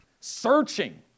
searching